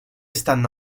stanno